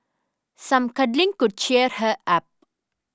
some cuddling could cheer her up